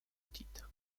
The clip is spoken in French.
titre